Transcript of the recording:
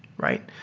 right?